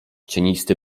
cienisty